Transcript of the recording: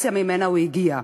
ולסיטואציה שממנה הוא הגיע,